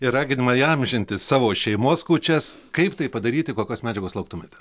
ir raginimą įamžinti savo šeimos kūčias kaip tai padaryti kokios medžiagos lauktumėte